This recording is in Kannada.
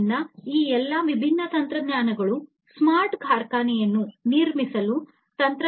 ಆದ್ದರಿಂದ ಈ ಎಲ್ಲಾ ವಿಭಿನ್ನ ತಂತ್ರಜ್ಞಾನಗಳು ಸ್ಮಾರ್ಟ್ ಕಾರ್ಖಾನೆಗಳನ್ನು ನಿರ್ಮಿಸಲು ತಂತ್ರಜ್ಞಾನಗಳನ್ನು ಶಕ್ತಗೊಳಿಸುತ್ತವೆ